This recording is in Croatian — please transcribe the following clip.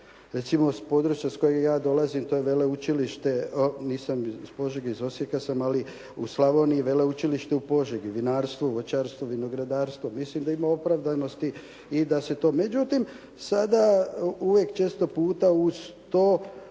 Recimo s područja s kojeg ja dolazim to je veleučilište, nisam iz Požega, iz Osijeka sam ali u Slavoniji je veleučilište u Požegi, vinarstvo, voćarstvo, vinogradarstvo, mislim da ima opravdanosti i da se to.